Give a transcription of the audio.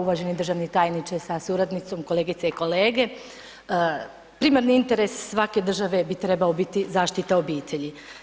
Uvaženi državni tajniče sa suradnicom, kolegice i kolege, primarni interes svake države bi trebao biti zaštita obitelji.